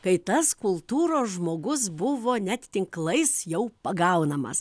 kai tas kultūros žmogus buvo net tinklais jau pagaunamas